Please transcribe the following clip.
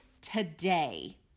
today